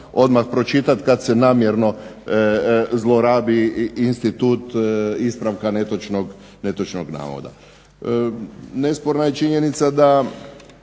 odmah pročitat, kad se namjerno zlorabi institut ispravka netočnog navoda. Nesporna je činjenica da